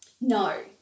No